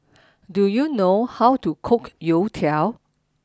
do you know how to cook Youtiao